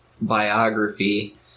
biography